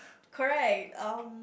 correct um